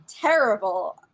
terrible